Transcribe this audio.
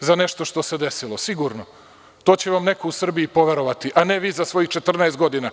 za nešto što se desilo, sigurno i to će vam neko u Srbiji poverovati, a ne vi za svojih 14 godina.